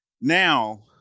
Now